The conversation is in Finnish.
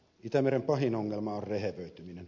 itämeren pahin ongelma on rehevöityminen